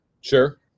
Sure